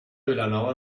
vilanova